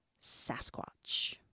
Sasquatch